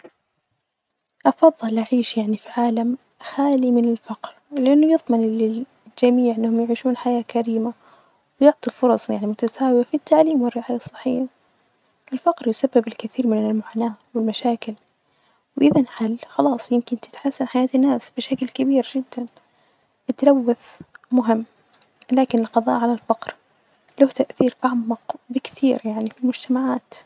أفظل أعيش يعني في عالم خالي من الفقر ،لأنه يظمن للجميع أنهم يعيشون حياة كريمة ،ويعطي فرص ويعني متساوية في التعليم والرعاية الصحية ،الفقر يسبب الكثير من المعاناة والمشاكل ،واذا انحل خلاص يمكن تتحسن حياة الناس بشكل كبير جدا ،التلوث مهم لكن القظاء على الفقر له تأثيرأعمق بكثير يعني في المجتمعات.